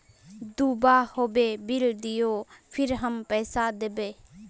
दूबा होबे बिल दियो फिर हम पैसा देबे?